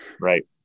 right